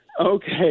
Okay